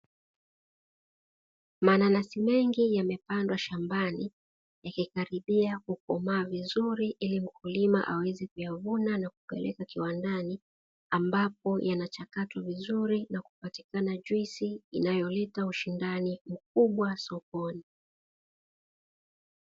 Mananasi mengi yamepandwa shambani yakikaribia kukomaa vizuri, ili mkulima aweze kuyavuna na kupeleka kiwandani. Ambapo yanachakatwa vizuri na kupatikana juisi inayoleta ushindani mkubwa sokoni.